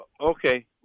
okay